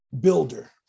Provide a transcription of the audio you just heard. Builder